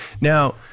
Now